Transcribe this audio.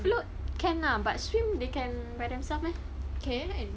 float can lah but swim they can by themselves meh